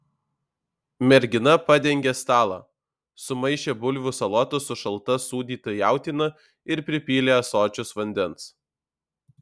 mergina padengė stalą sumaišė bulvių salotas su šalta sūdyta jautiena ir pripylė ąsočius vandens